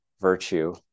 virtue